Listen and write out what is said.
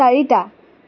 চাৰিটা